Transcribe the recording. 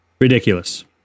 ridiculous